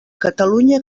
catalunya